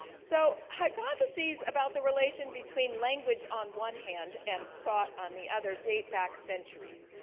so hypotheses about the relation between language on one hand and thought on the other date back centuries.